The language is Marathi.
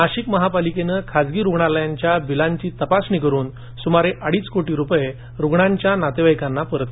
नाशिक महापालिकेनं खासगी रूग्णालयांच्या बिलांची तपासणी करून सुमारे अडीच कोटी रूपये रूग्णांच्या नातेवाईकांना केले परत